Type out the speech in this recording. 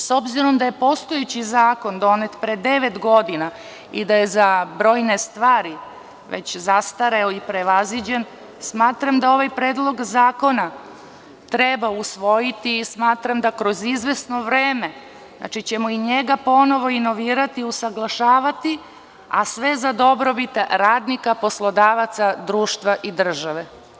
S obzirom da je postojeći zakon donet pre devet godina i da je za brojne stvari već zastareo i prevaziđen, smatram da ovaj Predlog zakona treba usvojiti i smatram da ćemo kroz izvesno vreme i njega ponovo inovirati i usaglašavati, a sve za dobrobitradnika, poslodavaca, društva i države.